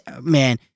man